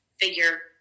figure